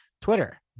Twitter